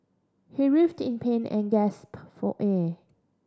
he writhed in pain and gasped for air